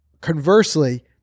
Conversely